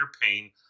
pain